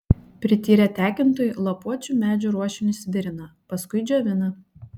prityrę tekintojai lapuočių medžių ruošinius virina paskui džiovina